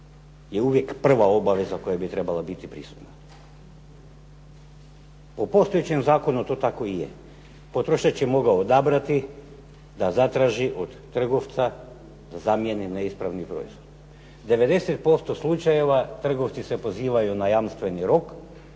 je uvijek prva obaveza koja bi trebala biti prisutna. U postojećem zakonu to tako i je. Potrošač je mogao odabrati da zatraži od trgovca da zamijene neispravni proizvod. 90% slučajeva trgovci se pozivaju na jamstveni rok